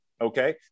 okay